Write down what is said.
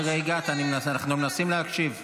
כרגע הגעת, אנחנו מנסים להקשיב.